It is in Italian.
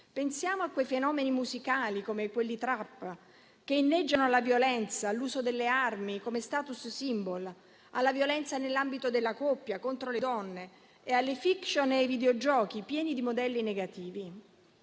Pensiamo a fenomeni musicali quali quelli della *trap*, che inneggiano alla violenza, all'uso delle armi come *status symbol*, alla violenza nell'ambito della coppia e contro le donne, alle *fiction* e ai videogiochi, pieni di modelli negativi.